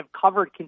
covered